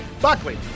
Buckley